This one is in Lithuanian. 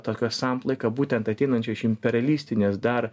tokią samplaiką būtent ateinančią iš imperialistinės dar